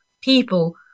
people